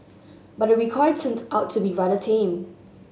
but the recoil turned out to be rather tame